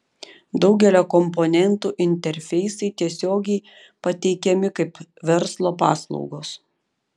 daugelio komponentų interfeisai tiesiogiai pateikiami kaip verslo paslaugos